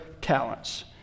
talents